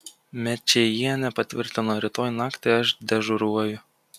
mečėjienė patvirtino rytoj naktį aš dežuruoju